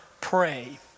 pray